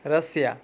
Russia